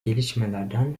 gelişmelerden